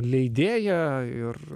leidėja ir